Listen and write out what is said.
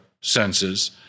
senses